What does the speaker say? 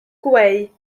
gweu